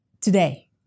today